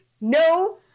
no